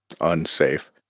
unsafe